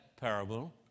parable